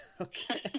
okay